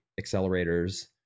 accelerators